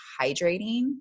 hydrating